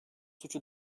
suçu